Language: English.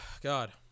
God